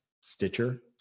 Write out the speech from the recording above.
Stitcher